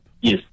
Yes